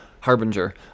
Harbinger